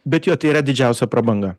bet jo tai yra didžiausia prabanga